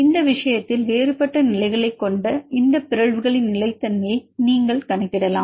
இந்த விஷயத்தில் வேறுபட்ட நிலைகளைக் கொண்ட இந்த பிறழ்வுகளின் நிலைத்தன்மையை நீங்கள் கணக்கிடலாம்